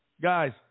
guys